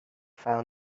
found